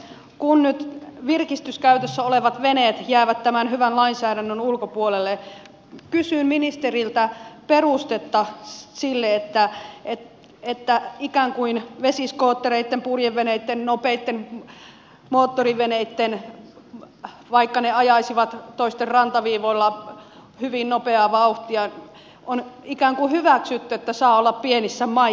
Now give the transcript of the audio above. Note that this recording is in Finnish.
kun nyt virkistyskäytössä olevat veneet jäävät tämän hyvän lainsäädännön ulkopuolelle kysyn ministeriltä perustetta sille että ikään kuin vesiskoottereilla purjeveneillä nopeilla moottoriveneillä vaikka ne ajaisivat toisten rajaviivoilla hyvin nopeaa vauhtia on ikään kuin hyväksytty että saa olla pienessä maistissa